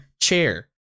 chair